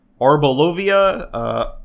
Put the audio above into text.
Arbolovia